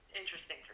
interesting